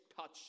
touch